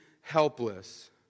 helpless